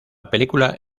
película